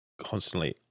Constantly